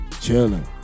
Chilling